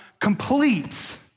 complete